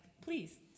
please